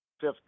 fifth